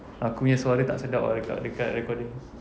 aku punya suara tak sedap ah dekat dekat recording